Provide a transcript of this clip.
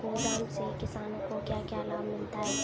गोदाम से किसानों को क्या क्या लाभ मिलता है?